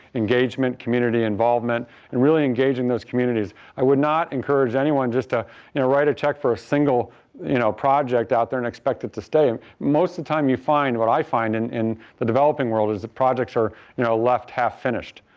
engagement community involvement and really engaging those communities. i would not encourage anyone just to you know write a check for a single you know project out there and expect it to stay. most in time you find what i find in in the developing world is that projects are you know left half finished.